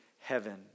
heaven